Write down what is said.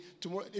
tomorrow